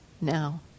now